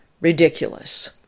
ridiculous